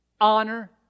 honor